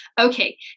Okay